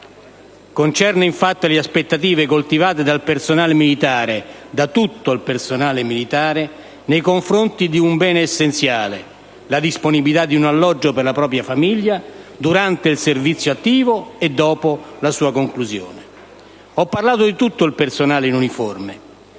concerne infatti le aspettative coltivate da tutto il personale militare nei confronti di un bene essenziale: la disponibilità di un alloggio per la propria famiglia durante il servizio attivo e dopo la sua conclusione. Ho parlato di tutto il personale in uniforme: